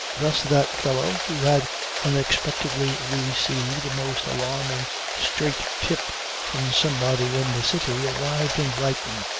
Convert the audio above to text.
thus, that fellow, who had unexpectedly received a most alarming straight tip from somebody in the city arrived in brighton,